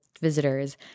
visitors